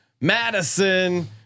Madison